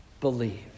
believe